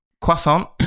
croissant